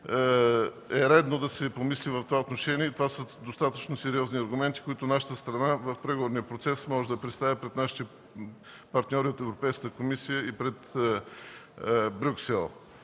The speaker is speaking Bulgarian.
е редно да се помисли в това отношение. Това са достатъчно сериозни аргументи, които нашата страна в преговорния процес може да представи пред нашите партньори от Европейската комисия и пред Брюксел.